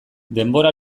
denbora